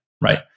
right